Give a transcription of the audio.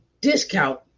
discount